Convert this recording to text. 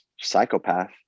psychopath